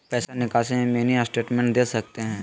पैसा निकासी में मिनी स्टेटमेंट दे सकते हैं?